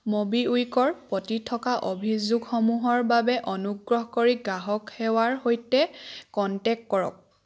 ম'বিকুইকৰ প্ৰতি থকা অভিযোগসমূহৰ বাবে অনুগ্ৰহ কৰি গ্ৰাহক সেৱাৰ সৈতে কণ্টেক্ট কৰক